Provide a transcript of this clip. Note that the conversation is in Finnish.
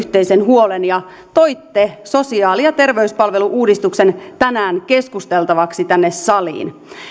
yhteisen huolen ja toitte sosiaali ja terveyspalvelu uudistuksen tänään keskusteltavaksi tänne saliin